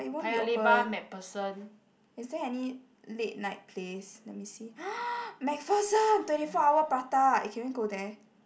paya-lebar MacPherson